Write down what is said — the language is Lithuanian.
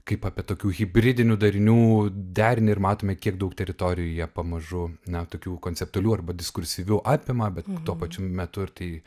kaip apie tokių hibridinių darinių derinį ir matome kiek daug teritorijų jie pamažu na tokių konceptualių arba diskursyvių apima bet tuo pačiu metu ir tai